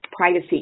privacy